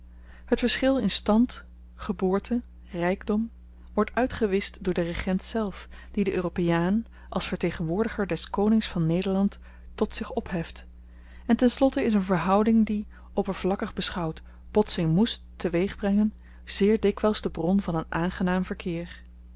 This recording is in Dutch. het verschil in stand geboorte rykdom wordt uitgewischt door den regent zelf die den europeaan als vertegenwoordiger des konings van nederland tot zich opheft en ten slotte is een verhouding die oppervlakkig beschouwd botsing moest te weeg brengen zeer dikwyls de bron van een aangenaam verkeer